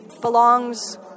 Belongs